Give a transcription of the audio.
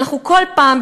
אנחנו כל פעם,